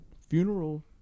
funeral